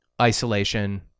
isolation